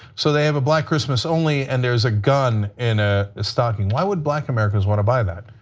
so they have a black christmas only and there is a god and a stocking. why would black americans want to buy that?